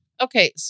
Okay